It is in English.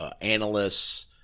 analysts